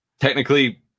Technically